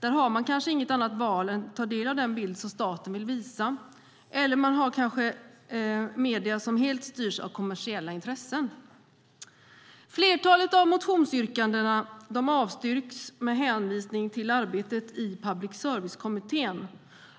Där har man kanske inget annat val än att ta del av den bild som staten vill visa eller man kanske har medier som helt styrs av kommersiella intressen. Flertalet av motionsyrkandena avstyrks med hänvisning till arbetet i Public service-kommittén